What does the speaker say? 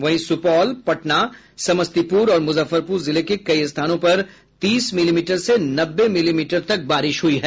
वहीं सुपौल पटना समस्तीपुर और मुजफ्फरपुर जिले के कई स्थानों पर तीस मिलीमीटर से नब्बे मिलीमीटर तक बारिश हुई है